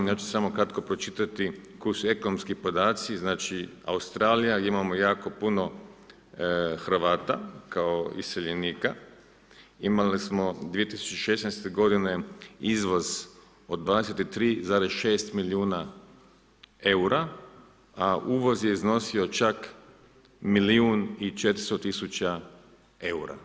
Ja ću samo kratko pročitati koji su ekonomski podaci, znači Australija gdje imamo jako puno Hrvata kao iseljenika, imali smo 2016. godine izvoz od 23,6 milijuna eura a uvoz je iznosio čak milijun i 400 tisuća eura.